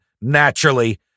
Naturally